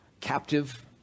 captive